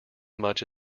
much